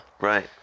Right